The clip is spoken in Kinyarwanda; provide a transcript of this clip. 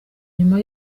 nyuma